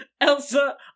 Elsa